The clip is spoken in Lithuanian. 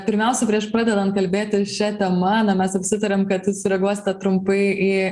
pirmiausia prieš pradedant kalbėti šia tema na mes apsitarėm kad jūs sureaguosite trumpai į